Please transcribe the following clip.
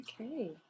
Okay